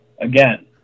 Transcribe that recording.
again